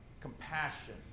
compassion